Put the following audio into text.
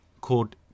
called